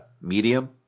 medium